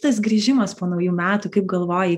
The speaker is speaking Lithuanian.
tas grįžimas po naujų metų kaip galvoji